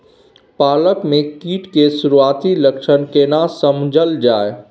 पालक में कीट के सुरआती लक्षण केना समझल जाय?